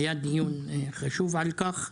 היה דיון חשוב על כך.